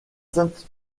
sainte